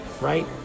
right